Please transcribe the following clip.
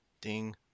ding